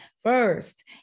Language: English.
First